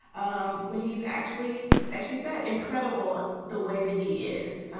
um when he's actually, as she said, incredible the way that he is.